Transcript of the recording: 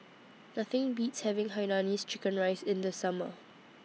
Nothing Beats having Hainanese Chicken Rice in The Summer